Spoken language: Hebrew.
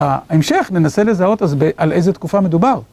ההמשך, ננסה לזהות אז על איזה תקופה מדובר.